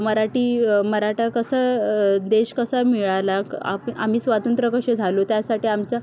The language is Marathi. मराठी मराठा कसं देश कसा मिळाला आप आम्ही स्वातंत्र्य कसे झालो त्यासाठी आमचं